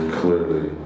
clearly